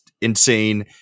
insane